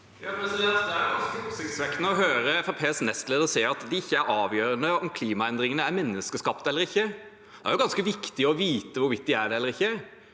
Det er ganske oppsiktsvekkende å høre Fremskrittspartiets nestleder si at det ikke er avgjørende om klimaendringene er menneskeskapte eller ikke. Det er ganske viktig å vite hvorvidt de er det eller ikke,